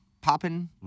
popping